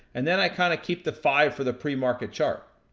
and then i kinda keep the five for the pre market chart.